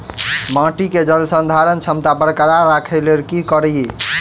माटि केँ जलसंधारण क्षमता बरकरार राखै लेल की कड़ी?